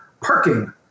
parking